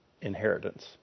inheritance